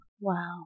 Wow